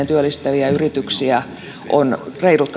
työllistäviä yrityksiä on reilut